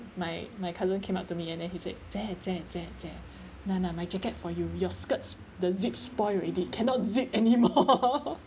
my my cousin came up to me and then he said jie jie jie jie na na my jacket for you your skirt's the zip spoil already cannot zip anymore